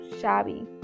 shabby